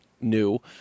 new